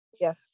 Yes